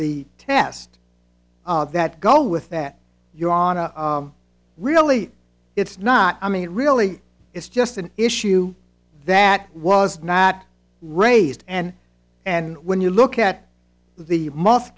the test that go with that you're on to really it's not i mean it really is just an issue that was not raised and and when you look at the mosque